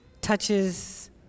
touches